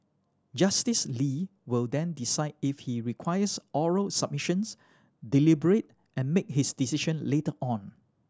Justice Lee will then decide if he requires oral submissions deliberate and make his decision later on